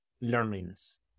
learnings